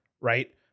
right